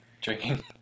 drinking